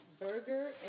Burger